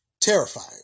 Terrifying